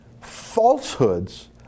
falsehoods